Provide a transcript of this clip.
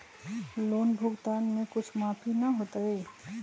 Loan भुगतान में कुछ माफी न होतई?